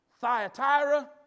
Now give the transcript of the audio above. Thyatira